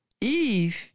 Eve